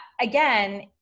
again